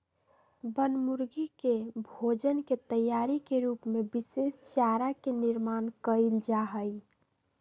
बनमुर्गी के भोजन के तैयारी के रूप में विशेष चारा के निर्माण कइल जाहई